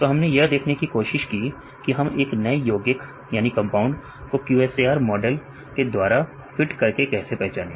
तो हमने यह देखने की कोशिश की कि हम एक नए योगिक कंपाउंड को QSAR मॉडल के द्वारा फिट करके कैसे पहचाने